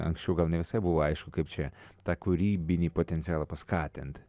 anksčiau gal ne visai buvo aišku kaip čia tą kūrybinį potencialą paskatint